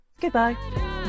Goodbye